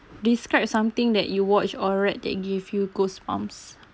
describe something that you watched or read that give you goosebumps